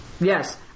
Yes